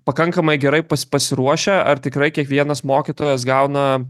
pakankamai gerai pas pasiruošę ar tikrai kiekvienas mokytojas gauna